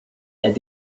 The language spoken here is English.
that